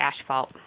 asphalt